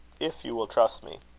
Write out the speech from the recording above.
if you will trust me.